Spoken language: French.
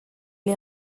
est